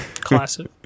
classic